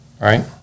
right